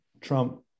Trump